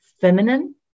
feminine